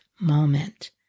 moment